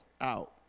out